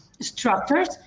structures